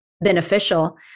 beneficial